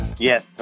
Yes